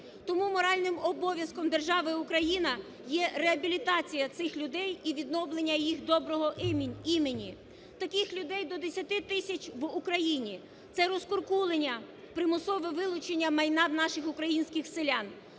Тому моральним обов'язком держави Україна є реабілітація цих людей і відновлення їх доброго імені, таких людей до 10 тисяч в Україні, це розкуркулення, примусове вилучення майна в наших українських селян,